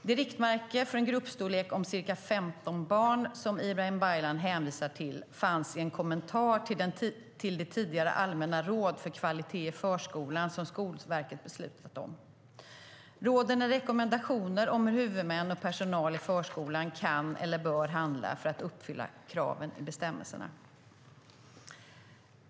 Det riktmärke för en gruppstorlek om ca 15 barn som Ibrahim Baylan hänvisar till fanns i en kommentar till det tidigare allmänna råd för kvalitet i förskolan som Skolverket beslutat om. Råden är rekommendationer om hur huvudmän och personal i förskolan kan eller bör handla för att uppfylla kraven i bestämmelserna.